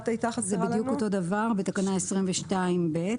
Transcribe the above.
אותו הדבר לגבי תקנה 22(ב).